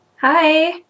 Hi